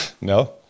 No